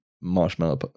Marshmallow